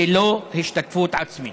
ללא השתתפות עצמית.